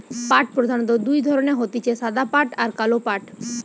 পাট প্রধানত দুই ধরণের হতিছে সাদা পাট আর কালো পাট